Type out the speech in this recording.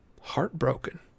heartbroken